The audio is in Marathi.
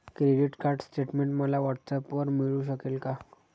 क्रेडिट कार्ड स्टेटमेंट मला व्हॉट्सऍपवर मिळू शकेल का?